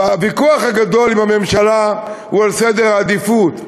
הוויכוח הגדול עם הממשלה הוא על סדר העדיפויות,